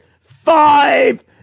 five